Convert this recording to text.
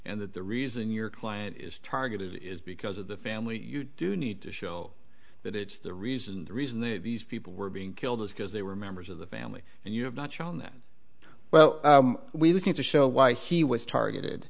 and that the reason your client is targeted is because of the family you do need to show that it's the reason the reason that these people were being killed is because they were members of the family and you have not shown that well we need to show why he was targeted